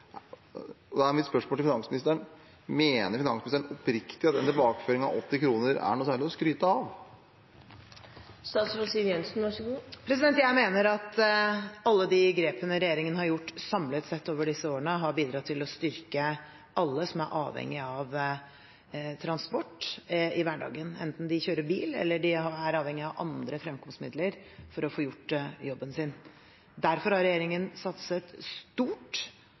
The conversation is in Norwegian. kr. Da er mitt spørsmål til finansministeren: Mener finansministeren oppriktig at en tilbakeføring av 80 kr er noe særlig å skryte av? Jeg mener at alle de grepene regjeringen har gjort samlet sett over disse årene, har bidratt til å styrke alle som er avhengig av transport i hverdagen, enten de kjører bil eller er avhengig av andre fremkomstmidler for å få gjort jobben sin. Derfor har regjeringen satset stort